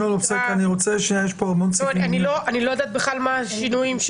אני בכלל לא יודעת מה השינויים.